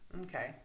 Okay